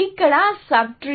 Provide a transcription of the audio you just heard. ఇక్కడ sub tree